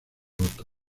voto